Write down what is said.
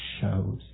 shows